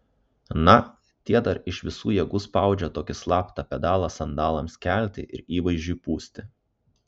na tie dar iš visų jėgų spaudžia tokį slaptą pedalą sandalams kelti ir įvaizdžiui pūsti